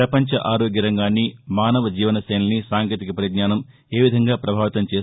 పపంచ ఆరోగ్య రంగాన్ని మానవ జీవన శైలిని సాంకేతిక పరిజ్ఞాసం ఏ విధంగా ప్రభావితం చేస్తుంది